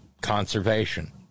conservation